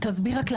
תסביר רק את